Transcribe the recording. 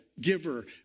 giver